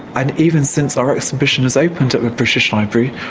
and even since our exhibition has opened at the british library,